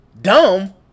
Dumb